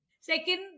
Second